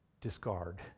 discard